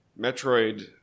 Metroid